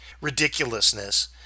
ridiculousness